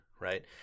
right